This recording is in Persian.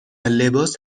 لباس